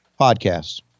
podcasts